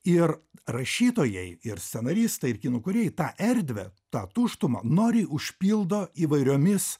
ir rašytojai ir scenaristai ir kino kūrėjai tą erdvę tą tuštumą nori užpildo įvairiomis